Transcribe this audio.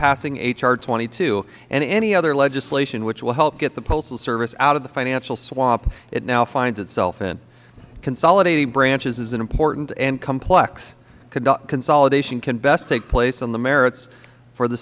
passing h r twenty two and any other legislation which will help get the postal service out of the financial swamp it now finds itself in consolidating branches is important and complex consolidation can best take place on the merits for the